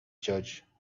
judge